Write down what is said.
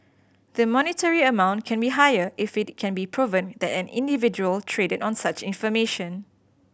the monetary amount can be higher if it can be proven that an individual traded on such information